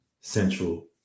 Central